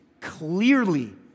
clearly